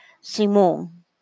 Simon